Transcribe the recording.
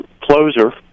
closer